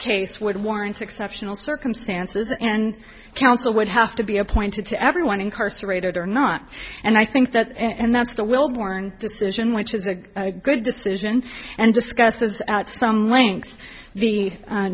case would warrant exceptional circumstances and counsel would have to be appointed to everyone incarcerated or not and i think that and that's the will born decision which is a good decision and discusses at some length the